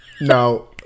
No